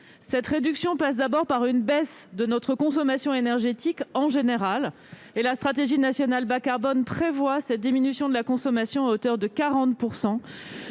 Cette réduction passe d'abord par une baisse de notre consommation énergétique en général : la stratégie nationale bas-carbone prévoit cette diminution de la consommation à hauteur de 40